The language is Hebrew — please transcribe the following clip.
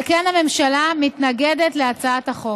על כן, הממשלה מתנגדת להצעת החוק.